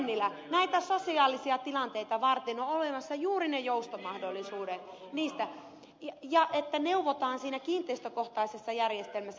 tennilä näitä sosiaalisia tilanteita varten on olemassa juuri ne joustomahdollisuudet ja että neuvotaan siinä kiinteistökohtaisessa järjestelmässä